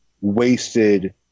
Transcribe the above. wasted